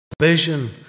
vision